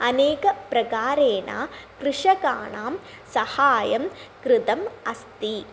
अनेकप्रकारेण कृषकाणां सहायं कृतम् अस्ति